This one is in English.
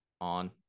on